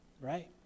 right